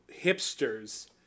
hipsters